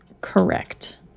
Correct